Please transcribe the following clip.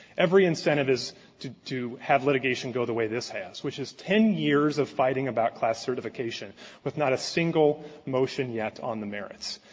every incentive is to to have litigation go the way this has, which is ten years of fighting about class certification with not a single motion yet on the merits.